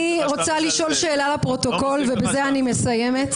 אני רוצה לשאול שאלה לפרוטוקול, ובזה אני מסיימת.